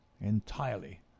entirely